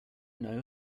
know